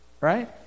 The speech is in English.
right